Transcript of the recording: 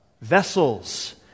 vessels